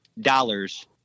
dollars